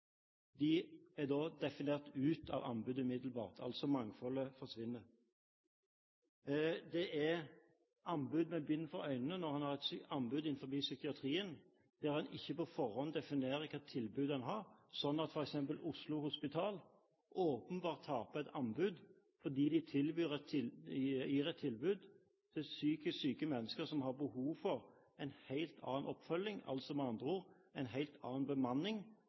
De er da definert ut av anbudet umiddelbart – altså: Mangfoldet forsvinner. Det er anbud med bind for øynene når en har anbud innenfor psykiatrien der en ikke på forhånd definerer hvilke tilbud en har, slik at f.eks. Oslo Hospital åpenbart taper et anbud fordi de gir et tilbud til psykisk syke mennesker som har behov for en helt annen oppfølging – med andre ord en helt annen bemanning